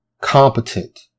competent